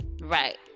Right